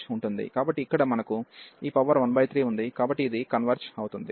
కాబట్టి ఇక్కడ మనకు ఈ పవర్ 13 ఉంది కాబట్టి ఇది కన్వెర్జ్ అవుతుంది